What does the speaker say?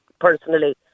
personally